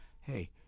hey